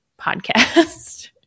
podcast